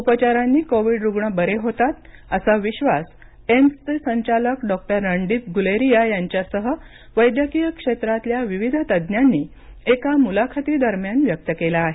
उपचारांनी covid रुग्ण बरे होतात असा विश्वास एम्सचे संचालक डॉ रणदीप ग्लेरिया यांच्यासह वैद्यकीय क्षेत्रातल्या विविध तज्ज्ञांनी एका मुलाखतीदरम्यान व्यक्त केला आहे